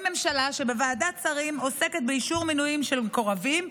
ממשלה שבוועדת שרים עוסקת באישור מינויים של מקורבים,